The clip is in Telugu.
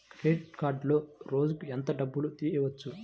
క్రెడిట్ కార్డులో రోజుకు ఎంత డబ్బులు తీయవచ్చు?